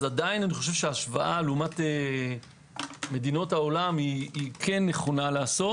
ההשוואה לעומת מדינות העולם כן נכונה לעשות.